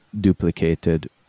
duplicated